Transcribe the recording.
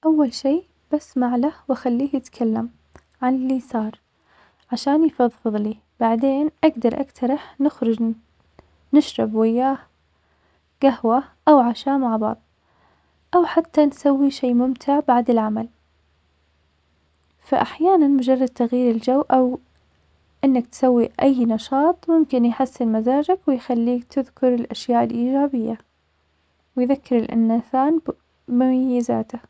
أول شي بسمع له واخليه يتكلم عن اللي صار علشان يفضفضلي, بعدين أقدر اقترح نشرب وياه قهوة أو عشا مع بعض. أو حتى نسوي شي ممتع بعد العمل, فأحيانا مجرد تغيير الجو أو إنك تسوي أي نشاط ممكن يحسن مزاجك ويخليك تذكر الأشياء الإجابية, ويذكر الإنسان بمميزاته.